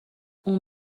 اون